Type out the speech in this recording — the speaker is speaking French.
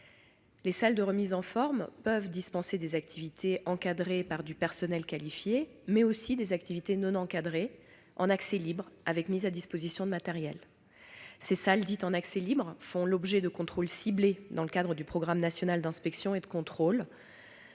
Les salles de remise en forme peuvent dispenser des activités encadrées par du personnel qualifié, mais aussi des activités non encadrées, en accès libre, avec mise à disposition de matériel. Ces salles, dites en accès libre, font l'objet de contrôles ciblés dans le cadre du programme national d'inspection et de contrôle.